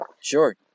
Sure